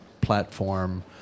platform